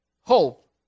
hope